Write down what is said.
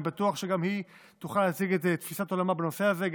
אני בטוח שגם היא תוכל להציג את תפיסת עולמה בנושא הזה,